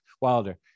wilder